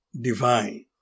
divine